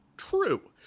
True